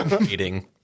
meeting